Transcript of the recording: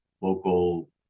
local